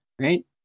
right